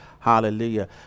Hallelujah